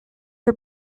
for